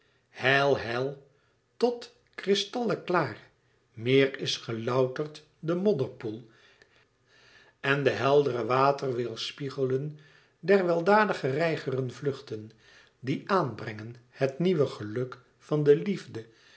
heil heil tot kristalleklaar meer is gelouterd de modderpoel en de heldere wateren weêrspiegelen der weldadige reigeren vluchten die aan brengen het nieuwe geluk van de liefde